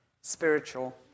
spiritual